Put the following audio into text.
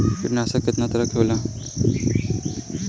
कीटनाशक केतना तरह के होला?